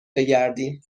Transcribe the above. بگردیم